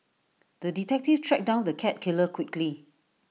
the detective tracked down the cat killer quickly